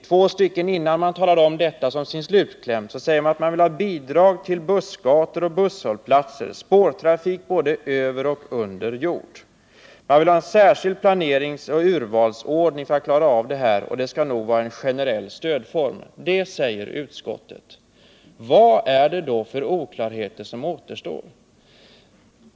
Två stycken innan utskottet säger detta, som slutkläm, anförs att man vill ha bidrag till bussgator och busshållplatser, spårtrafik både över och under jord. Man vill ha en särskild planeringsoch urvalsordning för att klara av detta, och sannolikt måste det utarbetas en mer generell stödform. — Det säger utskottet. Vad är det då för oklarheter som återstår?